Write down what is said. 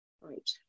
Right